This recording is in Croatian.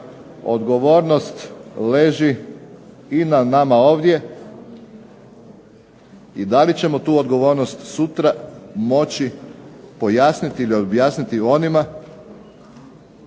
odgovornost leži i na nama ovdje i da li ćemo tu odgovornost sutra moći pojasniti ili objasniti onima